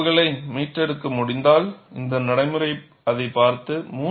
சில முடிவுகளை மீட்டெடுக்க முடிந்தால் இந்த நடைமுறை அதைப் பார்த்தது